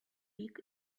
big